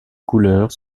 couleurs